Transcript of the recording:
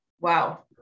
Wow